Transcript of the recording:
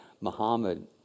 Muhammad